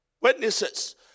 witnesses